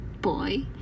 boy